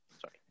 Sorry